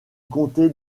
comté